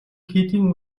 хийдийн